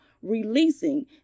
Releasing